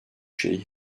şey